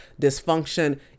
dysfunction